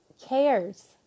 cares